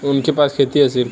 उनके पास खेती हैं सिर्फ